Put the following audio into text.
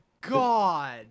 GOD